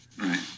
Right